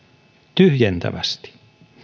tyhjentävästi